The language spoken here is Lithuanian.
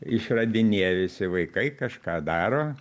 išradinėja visi vaikai kažką daro